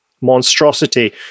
monstrosity